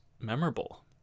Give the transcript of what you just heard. memorable